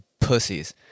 pussies